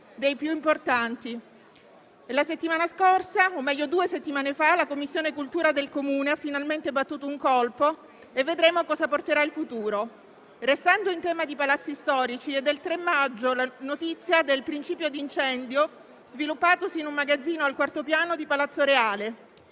dei più importanti. Due settimane fa la commissione cultura del Comune ha finalmente battuto un colpo e vedremo cosa porterà il futuro. Restando in tema di palazzi storici, è del 3 maggio la notizia del principio di incendio sviluppatosi in un magazzino al quarto piano di Palazzo Reale.